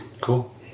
Cool